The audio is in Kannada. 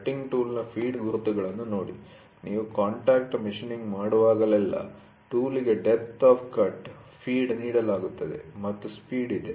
ಕಟ್ಟಿಂಗ್ ಟೂಲ್'ನ ಫೀಡ್ ಗುರುತುಗಳನ್ನು ನೋಡಿ ನೀವು ಕಾಂಟ್ಯಾಕ್ಟ್ ಮಷೀನ್ನಿಂಗ್ ಮಾಡುವಾಗಲೆಲ್ಲಾ ಟೂಲ್'ಗೆ ಡೆಪ್ತ್ ಆಫ್ ಕಟ್ ಫೀಡ್ ನೀಡಲಾಗುತ್ತದೆ ಮತ್ತು ಸ್ಪೀಡ್ ಇದೆ